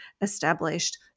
established